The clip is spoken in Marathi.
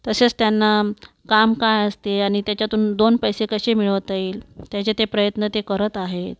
तसेच त्यांना काम काय असते आणि त्याच्यातून दोन पैसे कसे मिळवता येईल त्याचे ते प्रयत्न ते करत आहे